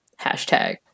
Hashtag